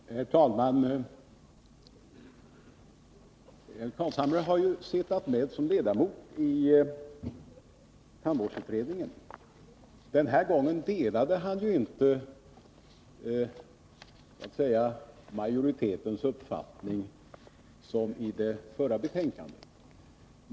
Herr talman! Nils Carlshamre har suttit med som ledamot i tandvårdsutredningen. Den här gången delar han inte majoritetens uppfattning, som han gjorde i det förra betänkandet.